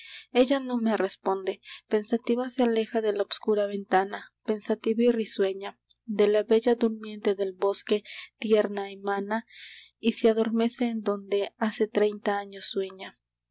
ella no me responde pensativa se aleja de la obscura ventana pensativa y risueña de la bella durmiente del bosque tierna hemana y se adormece en donde hace treinta años sueña